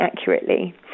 accurately